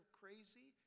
crazy